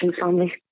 family